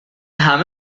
همه